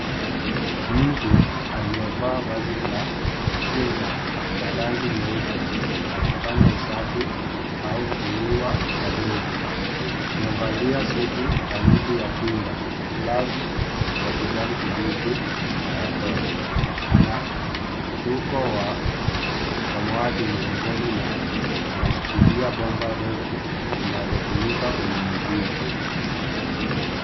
Mtu aliyevaa vazi la kinga la rangi nyeupe akifanya usafi au kuua wadudu. Amevalia suti kamili ya kinga, glavu za kijani kibichi na barakoa. Ana fuko wa samawati mgongoni na anashikilia bomba refu linalotumika kunyunyizia.